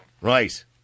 Right